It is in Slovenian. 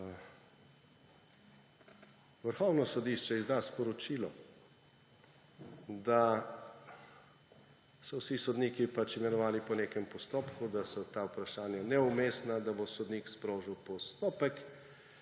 Vrhovno sodišče izda sporočilo, da so vsi sodniki imenovani po nekem postopku, da so ta vprašanja neumestna, da bo sodnik sprožil postopek